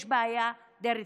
יש בעיה די רצינית.